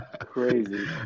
Crazy